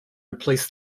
replace